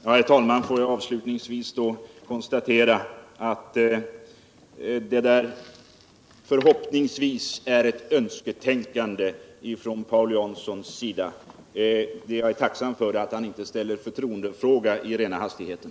Herr talman! Får jag då avsluwningsvis konstatera att den där sista förhoppningen är ett önsketänkande från Paul Janssons sida. Jag är tacksam för att han inte ställde tförtroendefråga I rena hastigheten.